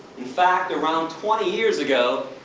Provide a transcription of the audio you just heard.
in fact, around twenty years ago,